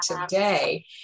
today